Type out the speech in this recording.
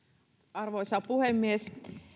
arvoisa puhemies